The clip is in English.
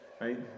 Right